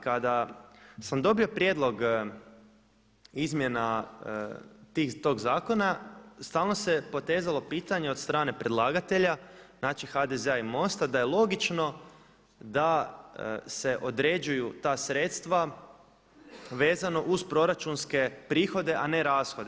Kada sam dobo prijedlog izmjena tog zakona stalno se potezalo pitanje od strane predlagatelja znači od HDZ-a i MOST-a da je logično da se određuju ta sredstva vezano uz proračunske prihode, a ne rashode.